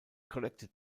collected